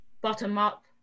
bottom-up